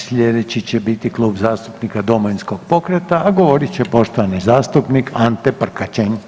Sljedeći će biti Klub zastupnika Domovinskog pokreta, a govorit će poštovani zastupnik Ante Prkačin.